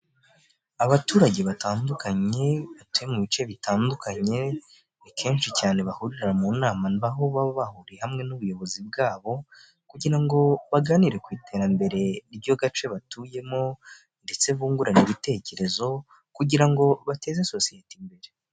Abaturage batandukanye batuye mu bice bitandukanye, ni kenshi cyane bahurira mu nama aho baba bahuriye hamwe n'ubuyobozi bwabo kugira ngo baganire ku iterambere ry'agace batuyemo ndetse bungurana ibitekerezo kugira ngo bateze sosiyete imbere.